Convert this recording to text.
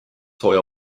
sooja